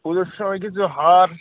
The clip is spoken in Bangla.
পুজোর সময় কিছু হার